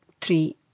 three